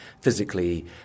physically